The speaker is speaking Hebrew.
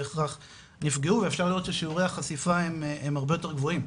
בהכרח נפגעו ואפשר לראות ששיעורי החשיפה הם הרבה יותר גבוהים.